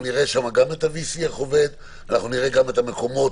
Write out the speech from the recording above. נראה שם גם איך עובד ה-VC, נראה גם את המקומות